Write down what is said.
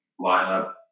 lineup